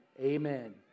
Amen